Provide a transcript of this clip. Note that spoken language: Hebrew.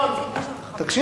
תגאל